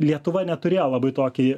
lietuva neturėjo labai tokį